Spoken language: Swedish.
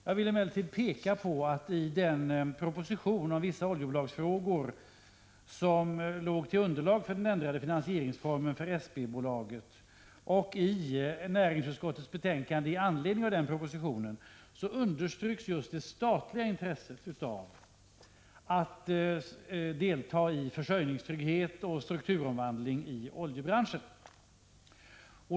Jag vill emellertid peka på att det i den proposition om vissa oljebolagsfrågor som låg som underlag för den ändrade finansieringsformen för SP-bolaget och i näringsutskottets betänkande i anledning av den propositionen underströks just det statliga intresset av deltagande i försörjningstrygghet och strukturomvandling i oljebranschen.